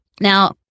Now